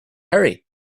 hurry